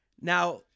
Now